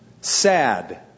Sad